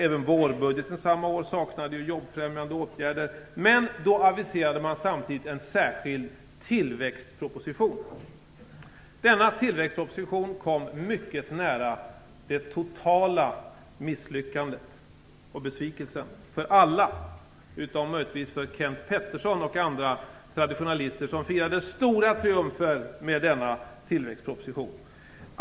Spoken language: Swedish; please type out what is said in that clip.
Även vårbudgeten samma år saknade jobbfrämjande åtgärder, men då aviserade man samtidigt en särskild tillväxtproposition. Denna kom mycket nära det totala misslyckandet och den totala besvikelsen för alla - utom möjligtvis för Kenth Pettersson och andra traditionalister. Traditionalisterna firade stora triumfer med denna tillväxtproposition.